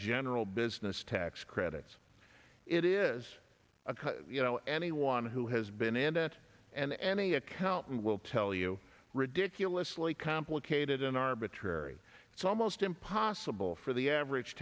general business tax credits it is you know anyone who has been in that and any accountant will tell you ridiculously complicated an arbitrary it's almost impossible for the average